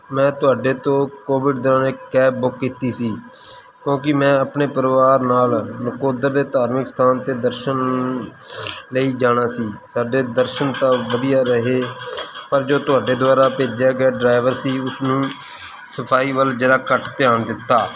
ਮੈਂ ਤੁਹਾਡੇ ਤੋਂ ਕੋਵਿਡ ਦੌਰਾਨ ਇੱਕ ਕੈਬ ਬੁੱਕ ਕੀਤੀ ਸੀ ਕਿਉਂਕਿ ਮੈਂ ਆਪਣੇ ਪਰਿਵਾਰ ਨਾਲ ਨਕੋਦਰ ਦੇ ਧਾਰਮਿਕ ਸਥਾਨ 'ਤੇ ਦਰਸ਼ਨ ਲਈ ਜਾਣਾ ਸੀ ਸਾਡੇ ਦਰਸ਼ਨ ਤਾਂ ਵਧੀਆ ਰਹੇ ਪਰ ਜੋ ਤੁਹਾਡੇ ਦੁਆਰਾ ਭੇਜਿਆ ਗਿਆ ਡਰਾਈਵਰ ਸੀ ਉਸਨੂੰ ਸਫ਼ਾਈ ਵੱਲ ਜ਼ਰਾ ਘੱਟ ਧਿਆਨ ਦਿੱਤਾ